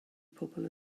pobl